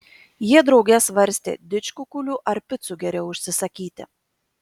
jie drauge svarstė didžkukulių ar picų geriau užsisakyti